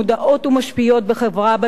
מודעות ומשפיעות בחברה,